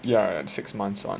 yeah yeah six months [one]